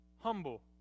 humble